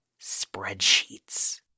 spreadsheets